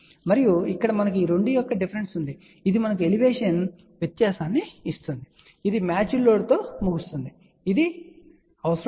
మరియు ఇక్కడ మనకు ఈ 2 యొక్క 2 డిఫరెన్స్ ఉంది ఇది మనకు ఎలివేషన్ వ్యత్యాసాన్ని ఇస్తుంది మరియు ఇది మ్యాచ్డ్ లోడ్ తో ముగుస్తుంది ఇది అవసరం లేదు